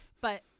But-